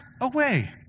away